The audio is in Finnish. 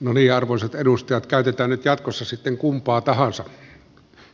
nuoliarvoisat edustajat käytetään jatkossa sitten kumpaa tahansa